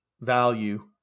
value